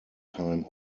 time